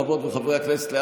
חברות וחברי הכנסת,